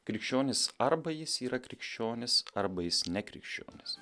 krikščionis arba jis yra krikščionis arba jis nekrikščionis